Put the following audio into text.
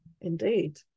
Indeed